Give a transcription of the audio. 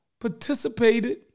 participated